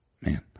man